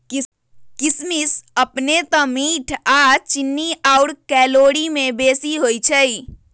किशमिश अपने तऽ मीठ आऽ चीन्नी आउर कैलोरी में बेशी होइ छइ